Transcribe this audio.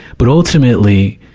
but ultimately,